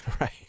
right